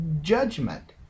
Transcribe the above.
judgment